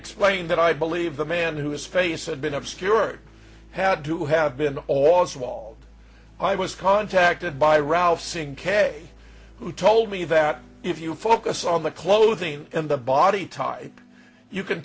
explain that i believe the man whose face had been obscured had to have been all small i was contacted by ralph singh k who told me that if you focus on the clothing and the body type you can